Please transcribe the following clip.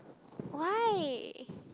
why